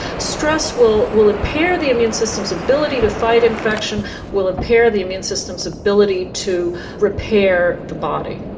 stress will will impair the immune system's ability to fight infection will impair the immune system's ability to repair the body.